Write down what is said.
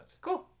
Cool